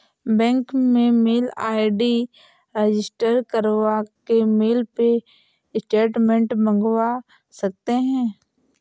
bank में mail ID register करवा के मेल पे स्टेटमेंट मंगवा सकते है